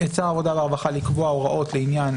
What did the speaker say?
את שר העבודה והרווחה לקבוע הוראות לעניין